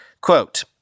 Quote